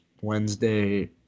Wednesday